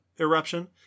eruption